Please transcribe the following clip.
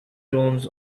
tones